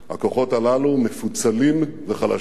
הכוחות הללו מפוצלים וחלשים.